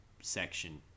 section